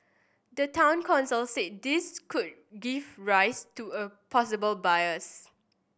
the Town Council said this could give rise to a possible bias